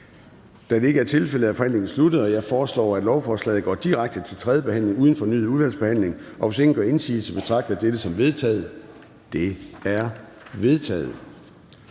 Da det ikke er tilfældet, er forhandlingen sluttet. Jeg foreslår, at lovforslaget går direkte til tredje behandling uden fornyet udvalgsbehandling. Hvis ingen gør indsigelse, betragter jeg dette som vedtaget. Det er vedtaget.